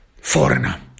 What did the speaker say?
foreigner